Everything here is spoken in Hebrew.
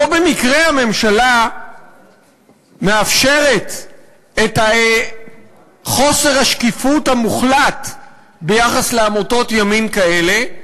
לא במקרה הממשלה מאפשרת את חוסר השקיפות המוחלט ביחס לעמותות ימין כאלה,